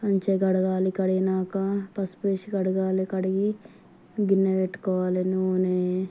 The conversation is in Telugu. మంచిగా కడగాలి కడిగినాక పసుపు వేసి కడగాలి కడిగి గిన్నె పెట్టుకోవాలి నూనె